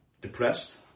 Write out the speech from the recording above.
depressed